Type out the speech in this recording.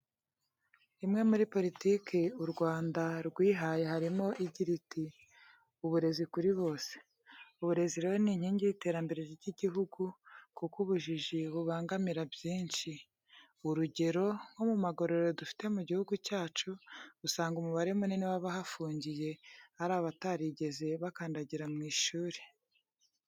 Imwe muri politike u Rwanda rwihaye harimo igira iti" Uburezi kuri bose". Uburezi rero ni inkingi y'iterambere ry'igihugu kuko ubujiji bubangamira byinshi, urugero nko mu magororero dufite mu gihugu cyacu, usanga umubare munini w'abahafungiye ari abatarigeze bakandagira mu ishuri.